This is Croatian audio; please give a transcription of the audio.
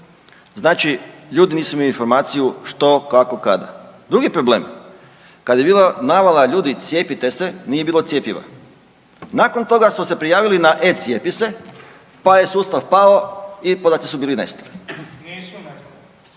znači ljudi nisu imali informaciju što, kako, kada. Drugi problem, kad je bila navala ljudi cijepite se nije bilo cjepiva. Nakon toga smo se prijavili na e-cijepise, pa je sustav pao i podaci su bili